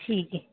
ठीक ऐ